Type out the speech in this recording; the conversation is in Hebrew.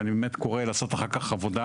ואני באמת קורא לעשות אחר כך עבודה